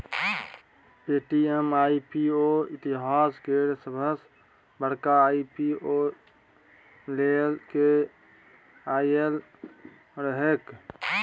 Paytm IPO इतिहास केर सबसॅ बड़का आई.पी.ओ लए केँ आएल रहैक